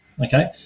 okay